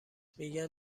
میگن